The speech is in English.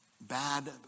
bad